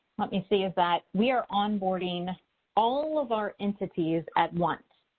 let me see is that we are onboarding all of our entities at once.